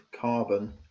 carbon